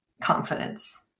confidence